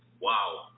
wow